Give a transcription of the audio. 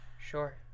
sure